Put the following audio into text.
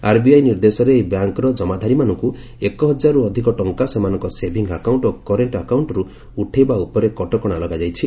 RBI ନିର୍ଦ୍ଦେଶରେ ଏହି ବ୍ୟାଙ୍କ୍ର ଜମାଧାରୀମାନଙ୍କୁ ଏକ ହଜାରରୁ ଅଧିକ ଟଙ୍କା ସେମାନଙ୍କ ସେଭିଂ ଆକାଉଣ୍ଟ ଓ କରେଣ୍ଟ ଆକାଉଣ୍ଟରୁ ଉଠେଇବା ଉପରେ କଟକଣା ଲଗାଯାଇଛି